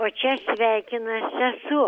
o čia sveikina sesuo